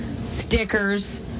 stickers